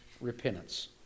repentance